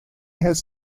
has